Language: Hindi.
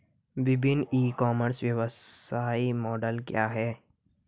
विभिन्न ई कॉमर्स व्यवसाय मॉडल क्या हैं?